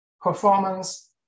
performance